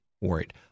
worried